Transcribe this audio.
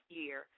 year